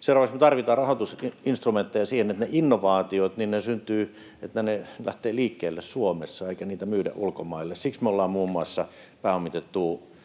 Seuraavaksi me tarvitaan rahoitusinstrumentteja siihen, että ne innovaatiot lähtevät liikkeelle Suomessa eikä niitä myydä ulkomaille. Siksi me ollaan muun muassa pääomitettu